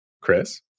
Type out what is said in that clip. Chris